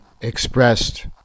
expressed